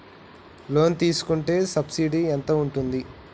Loan తీసుకుంటే subsidy ఎంత ఉంటది?